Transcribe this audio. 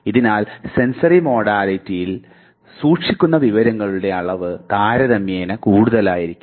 അതിനാൽ സെൻസറി മോഡാലിറ്റിയിൽ സൂക്ഷിക്കുന്ന വിവരങ്ങളുടെ അളവ് താരതമ്യേന കൂടുതലായിരിക്കും